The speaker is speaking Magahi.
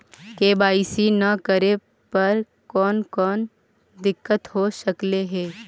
के.वाई.सी न करे पर कौन कौन दिक्कत हो सकले हे?